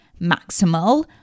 maximal